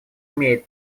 имеет